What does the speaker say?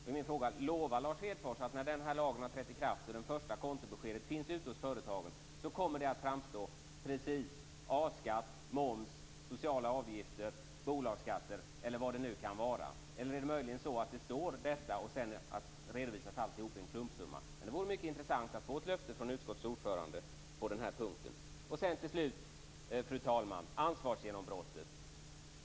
Då är min fråga: Lovar Lars Hedfors att när den här lagen har trätt i kraft och det första kontobeskedet finns ute hos företagen kommer det att framgå precis vad som är A-skatt, moms, sociala avgifter, bolagsskatter eller vad det nu kan vara? Eller är det möjligen så att detta står, och sedan redovisas allt som en klumpsumma? Det vore mycket intressant att få ett löfte från utskottets ordförande på den här punkten. Till slut, fru talman, vill jag ta upp ansvarsgenombrottet.